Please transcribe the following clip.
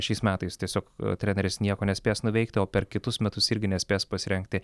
šiais metais tiesiog treneris nieko nespės nuveikti o per kitus metus irgi nespės pasirengti